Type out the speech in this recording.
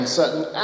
certain